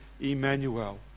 Emmanuel